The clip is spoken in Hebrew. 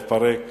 לפרק,